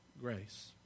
grace